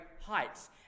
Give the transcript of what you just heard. heights